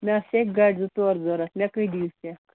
مےٚ آسہٕ سیٚکہِ گاڑِ زٕ ژور ضوٚرَتھ مےٚ کٔے دِیِو سٮ۪کھ